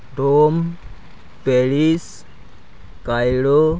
Rome Paris ᱠᱟᱭᱞᱳ